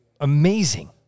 amazing